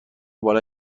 بالا